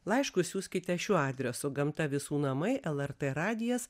laiškus siųskite šiuo adresu gamta visų namai lrt radijas